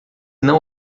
não